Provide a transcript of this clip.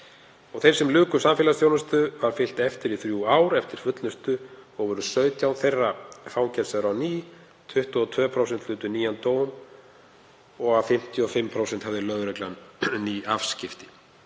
Þeim sem luku samfélagsþjónustu var fylgt eftir í þrjú ár eftir fullnustu og voru 17% þeirra fangelsuð á ný, 22% hlutu nýjan dóm og af 55% hafði lögreglan ný afskipti.